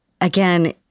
again